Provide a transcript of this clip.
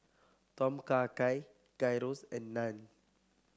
Tom Kha Gai Gyros and Naan